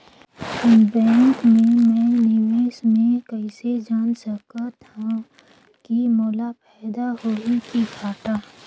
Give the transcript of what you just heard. Bank मे मैं निवेश मे कइसे जान सकथव कि मोला फायदा होही कि घाटा?